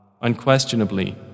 Unquestionably